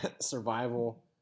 survival